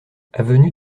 avenue